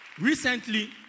Recently